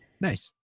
Nice